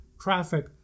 traffic